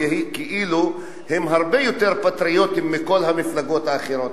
כאילו הם הרבה יותר פטריוטים מכל המפלגות האחרות,